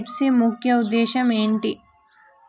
NBFC ముఖ్య ఉద్దేశం ఏంటి?